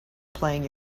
playing